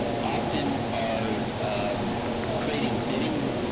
often are creating bidding